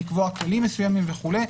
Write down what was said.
לקבוע כללים מסוימים וכולי.